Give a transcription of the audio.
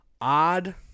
odd